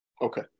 Okay